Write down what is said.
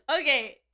okay